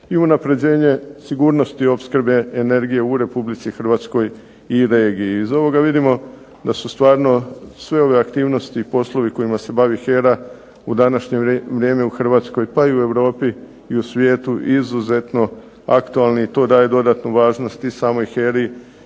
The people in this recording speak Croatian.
i unapređenje sigurnosti opskrbe energije u RH i regiji. Iz ovoga vidimo da su stvarno sve ove aktivnosti i poslovi kojima se bavi HERA u današnje vrijeme u Hrvatskoj pa i u Europi i u svijetu izuzetno aktualni i to daje dodatnu važnost i samoj HERA-i